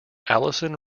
alison